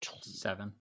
Seven